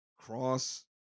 cross